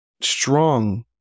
strong